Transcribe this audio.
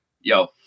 yo